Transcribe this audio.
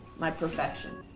my perfection.